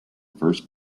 first